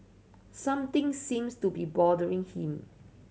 something seems to be bothering him